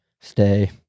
stay